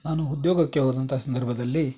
ನಾನು ಉದ್ಯೋಗಕ್ಕೆ ಹೋದಂಥ ಸಂದರ್ಭದಲ್ಲಿ